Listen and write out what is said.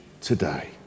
today